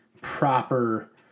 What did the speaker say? proper